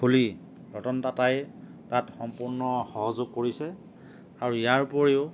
খুলি ৰতন টাটাই তাত সম্পূৰ্ণ সহযোগ কৰিছে আৰু ইয়াৰ উপৰিও